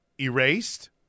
erased